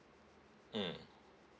mm